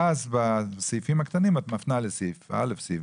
ואז בסעיפים הקטנים את מפנה לסעיף (א).